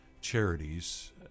charities